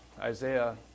Isaiah